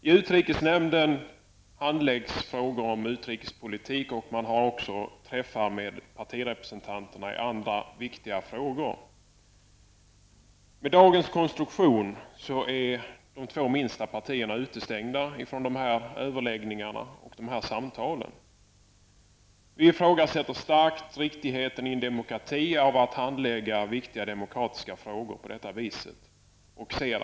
I utrikesnämnden handläggs frågor om utrikespolitik, och det förekommer också möten med partirepresentanterna i andra viktiga frågor. Med dagens konstruktion är de två minsta partierna utestängda från dessa överläggningar och samtal. Vi ifrågasätter starkt riktigheten av att i en demokrati handlägga viktiga demokratiska frågor på detta vis.